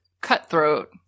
cutthroat